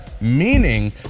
meaning